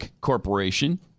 Corporation